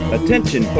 Attention